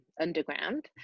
Underground